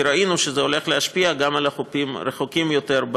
כי ראינו שזה הולך להשפיע גם על חופים רחוקים יותר,